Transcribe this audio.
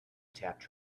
tapped